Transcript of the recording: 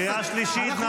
הוא לא